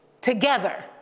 together